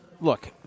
Look